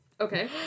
Okay